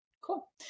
Cool